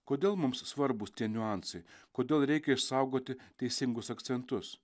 kodėl mums svarbūs tie niuansai kodėl reikia išsaugoti teisingus akcentus